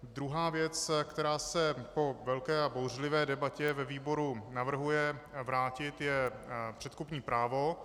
Druhá věc, která se po velké a bouřlivé debatě ve výboru navrhuje vrátit, je předkupní právo.